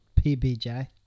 PBJ